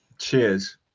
Cheers